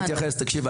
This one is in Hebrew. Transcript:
תקשיבו,